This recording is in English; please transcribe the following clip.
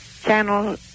Channel